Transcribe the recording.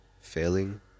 failing